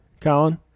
Colin